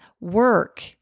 work